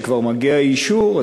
כשכבר מגיע האישור,